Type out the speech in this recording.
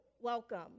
welcome